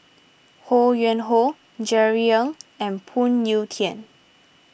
Ho Yuen Hoe Jerry Ng and Phoon Yew Tien